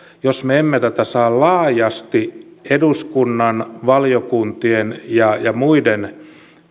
jos me emme tätä saa laajasti eduskunnan valiokuntien ja ja muiden